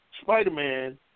Spider-Man